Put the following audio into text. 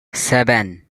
seven